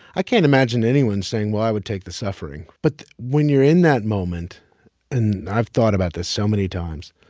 i can't imagine anyone saying, well, i would take the suffering. but when you're in that moment and i've thought about this so many times.